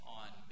on